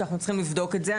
שאנחנו שצריכים לבדוק את זה.